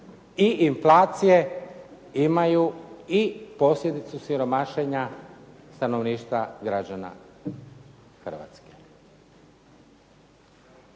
i inflacije imaju i posljedicu siromašenja stanovništva, građana Hrvatske.